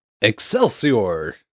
Excelsior